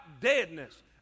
deadness